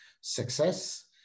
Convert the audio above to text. success